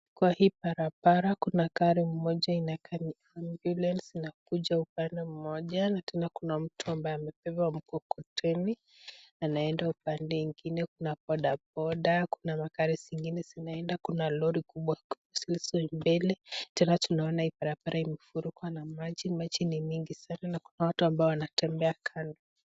Kwa hii barbara kuna gari moja inakaa ni kama vile zinakuja upande mmoja. na tena kuna mtu ambaye amepewa mkokoteni anaenda upande ingine. Kuna bodaboda, kuna magari zingine zinaenda, kuna lori kubwa zilizo mbele. Tena tunaona hii barabara imefurikwa na maji, maji ni mingi sana na kuna watu ambao wanatembea kando.